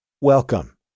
Welcome